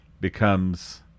Becomes